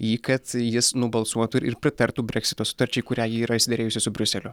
jį kad jis nubalsuotų ir ir pritartų breksito sutarčiai kurią ji yra išsiderėjusi su briuseliu